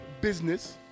business